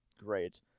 Great